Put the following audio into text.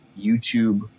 YouTube